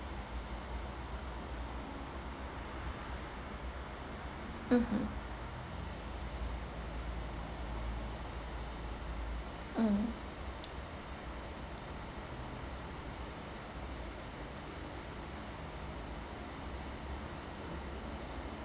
mmhmm mm